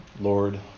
Lord